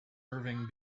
irving